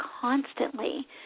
constantly